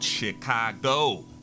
Chicago